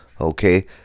Okay